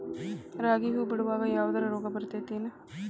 ರಾಗಿ ಹೂವು ಬಿಡುವಾಗ ಯಾವದರ ರೋಗ ಬರತೇತಿ ಏನ್?